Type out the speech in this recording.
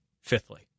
fifthly